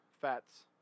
fats